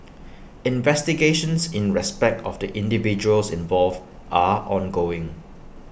investigations in respect of the individuals involved are ongoing